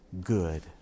good